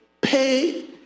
pay